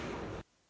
Hvala.